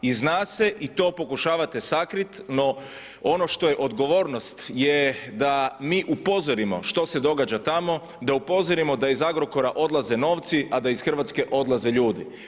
I zna se i to pokušavate sakriti, no ono što je odgovornost je da mi upozorimo što se događa tamo, da upozorimo da iz Agrokora odlaze novci a da iz Hrvatske odlaze ljudi.